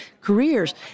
careers